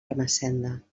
ermessenda